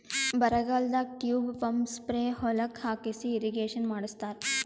ಬರಗಾಲದಾಗ tube pump spray ಹೊಲಕ್ಕ್ ಹಾಕಿಸಿ ಇರ್ರೀಗೇಷನ್ ಮಾಡ್ಸತ್ತರ